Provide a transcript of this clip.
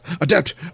adapt